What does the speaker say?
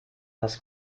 was